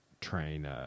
train